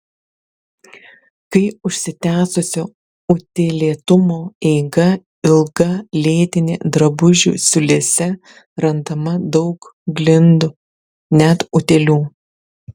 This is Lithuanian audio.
kai užsitęsusio utėlėtumo eiga ilga lėtinė drabužių siūlėse randama daug glindų net utėlių